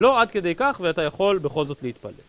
לא עד כדי כך, ואתה יכול בכל זאת להתפלל.